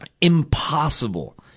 impossible